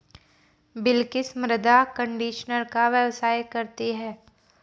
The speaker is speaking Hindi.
बिलकिश मृदा कंडीशनर का व्यवसाय करती है